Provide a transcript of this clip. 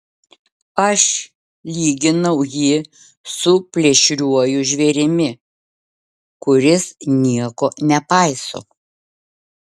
aš lyginau jį su plėšriuoju žvėrimi kuris nieko nepaiso